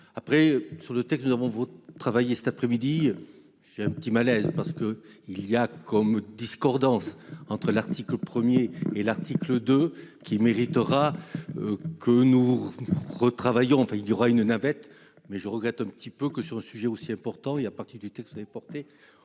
après sur le texte, nous avons travaillé cet après-midi j'ai un petit malaise parce que il y a comme discordance entre l'article 1er et l'article 2 qui mérite aura. Que nous retravaillerons enfin il y aura une navette mais je regrette un petit peu que sur un sujet aussi important et à partir du texte vous avait porté.